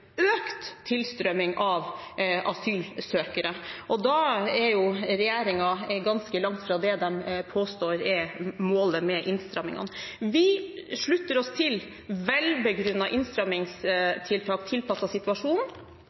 økt tilstrømming av asylsøkere. Da er regjeringen ganske langt fra det de påstår er målet med innstrammingene. Vi slutter oss til velbegrunnede innstrammingstiltak tilpasset situasjonen.